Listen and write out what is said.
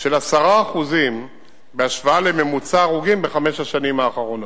של 10% בהשוואה לממוצע ההרוגים בחמש השנים האחרונות.